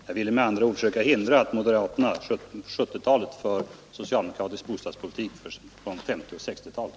Jag ville med andra ord söka förhindra att moderaterna på 1970-talet för socialdemokratisk bostadspolitik från 1950 och 1960-talen.